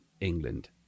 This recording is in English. England